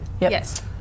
Yes